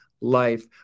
life